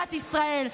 במדינת ישראל.